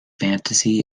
fantasy